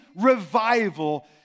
revival